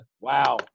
Wow